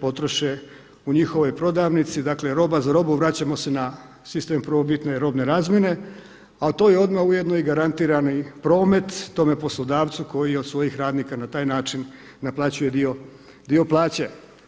potroše u njihovoj prodavnici, dakle roba za robu vraćamo se na sistem prvobitne robne razmjene, a to je ujedno i garantirani promet tome poslodavcu koji od svojih radnika na taj način naplaćuje dio plaće.